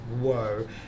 whoa